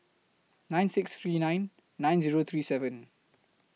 nine six three nine nine Zero three seven